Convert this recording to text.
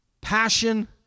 passion